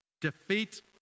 defeat